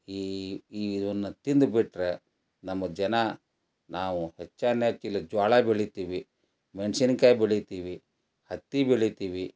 ಈ ಇವನ್ನು ತಿಂದ್ಬಿಟ್ರೆ ನಮ್ಮ ಜನ ನಾವು ಹೆಚ್ಚಾನೆಚ್ಚು ಇಲ್ಲಿ ಜೋಳ ಬೆಳಿತೀವಿ ಮೆಣಸಿನ್ಕಾಯಿ ಬೆಳಿತೀವಿ ಹತ್ತಿ ಬೆಳಿತೀವಿ